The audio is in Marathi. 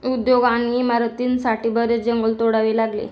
उद्योग आणि इमारतींसाठी बरेच जंगल तोडावे लागले